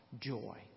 joy